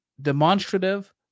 demonstrative